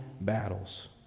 battles